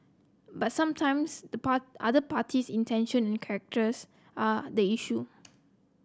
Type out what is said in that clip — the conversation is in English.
but sometimes the other party's intention and characters are the issue